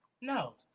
No